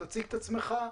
תציג את עצמך.